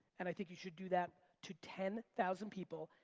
and i think you should do that to ten thousand people.